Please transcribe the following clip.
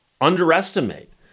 underestimate